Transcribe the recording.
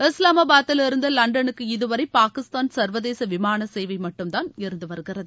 இஸ்லாபாத்திலிருந்து லண்டனுக்கு இதுவரை பாகிஸ்தான் சர்வதேச விமான சேவை மட்டும்தான் இருந்து வருகிறது